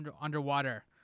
underwater